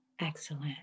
Excellent